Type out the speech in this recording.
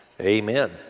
Amen